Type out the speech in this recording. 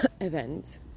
events